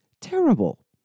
terrible